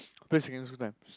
play secondary school time